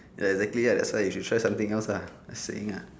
ya exactly ah that's why you should try something else ah just saying uh